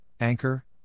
Anchor